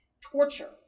Torture